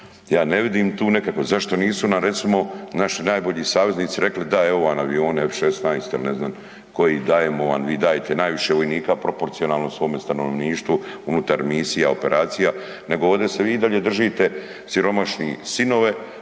Ja ne vidim tu nekakve, zašto nisu na recimo naši najbolji saveznici rekli da, evo vam avione F-16 ili ne znam koji, dajemo vam, vi dajete najviše vojnika proporcionalnom svom stanovništvu unutar misija operacija, nego ovdje se vi i dalje držite „siromašni sinove